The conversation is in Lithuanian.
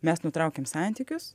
mes nutraukėm santykius